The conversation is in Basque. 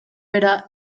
era